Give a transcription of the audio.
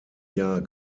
jahr